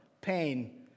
pain